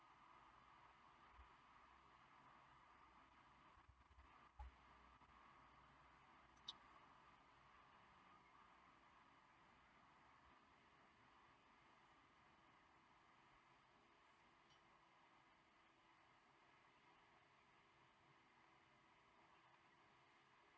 okay